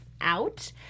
out